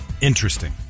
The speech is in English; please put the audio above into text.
interesting